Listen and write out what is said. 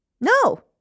No